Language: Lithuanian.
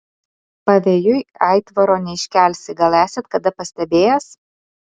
pavėjui aitvaro neiškelsi gal esat kada pastebėjęs